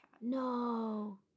No